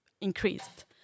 increased